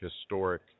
historic